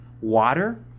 water